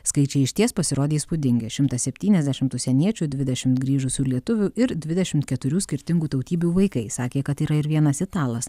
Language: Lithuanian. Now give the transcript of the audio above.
skaičiai išties pasirodė įspūdingi šimtas septyniasdešimt užsieniečių dvidešimt grįžusių lietuvių ir dvidešimt keturių skirtingų tautybių vaikai sakė kad yra ir vienas italas